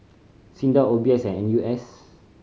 SINDA O B S and N U S